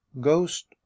Ghost